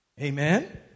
Amen